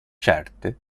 certe